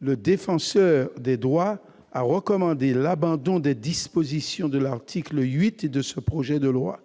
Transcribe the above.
le Défenseur des droits a recommandé l'abandon des dispositions de l'article 8 de ce projet de loi.